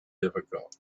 difficult